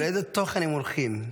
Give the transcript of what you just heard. לאיזה תוכן הם הולכים?